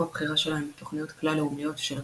הבחירה שלהם בתוכניות כלל לאומיות של רווחה,